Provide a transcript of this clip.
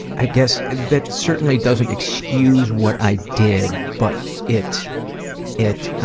i guess that certainly doesn't excuse what i did, but it it